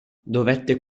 dovette